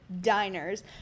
diners